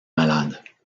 malades